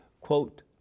quote